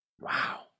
Wow